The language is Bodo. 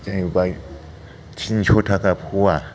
जाहैबाय थिनस' थाखा फवा